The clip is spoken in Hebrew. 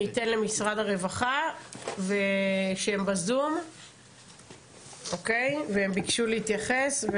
אני אתן למשרד הרווחה שהם בזום והם ביקשו להתייחס,